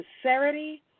sincerity